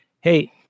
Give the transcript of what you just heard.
Hey